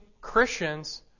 Christians